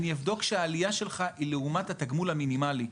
אני אבדוק שהעלייה שלך היא לעומת התגמול המינימלי.